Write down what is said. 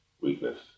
weakness